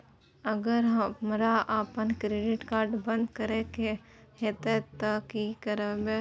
अगर हमरा आपन क्रेडिट कार्ड बंद करै के हेतै त की करबै?